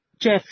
Jeff